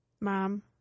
Mom